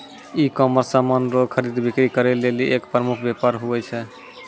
ecommerce समान रो खरीद बिक्री करै लेली एक प्रमुख वेपार हुवै छै